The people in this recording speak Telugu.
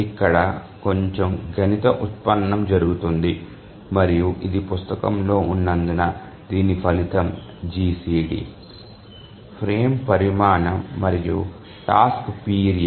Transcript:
ఇక్కడ కొంచెం గణిత ఉత్పన్నం జరుగుతుంది మరియు ఇది పుస్తకంలో ఉన్నందున దీని ఫలితం GCD ఫ్రేమ్ పరిమాణం మరియు టాస్క్ పీరియడ్